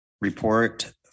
Report